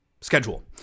schedule